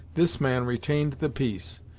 this man retained the piece,